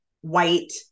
white